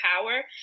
power